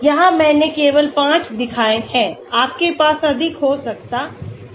यहाँ मैंने केवल 5 दिखाए हैं आपके पास अधिक हो सकते हैं